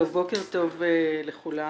בוקר טוב לכולם,